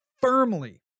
firmly